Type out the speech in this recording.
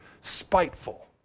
spiteful